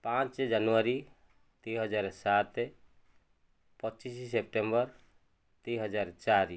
ପାଞ୍ଚ ଜାନୁଆରି ଦୁଇ ହଜାର ସାତ ପଚିଶି ସେପ୍ଟେମ୍ବର ଦୁଇ ହଜାର ଚାରି